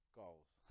goals